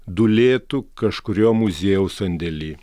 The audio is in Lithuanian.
dūlėtų kažkurio muziejaus sandėly